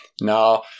Now